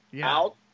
out